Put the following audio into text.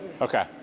Okay